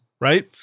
right